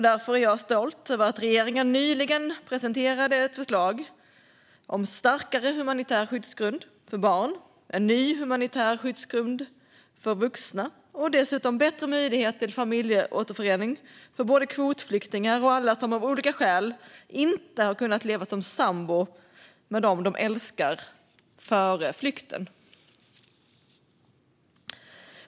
Därför är jag stolt över att regeringen nyligen presenterade ett förslag om en starkare humanitär skyddsgrund för barn, en ny humanitär skyddsgrund för vuxna och dessutom bättre möjlighet till familjeåterförening för både kvotflyktingar och alla de som av olika skäl inte har kunnat leva som sambo med den de älskar före flykten.